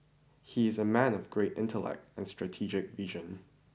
he is a man of great intellect and strategic vision